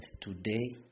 today